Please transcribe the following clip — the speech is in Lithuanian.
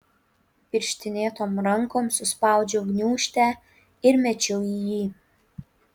pirštinėtom rankom suspaudžiau gniūžtę ir mečiau į jį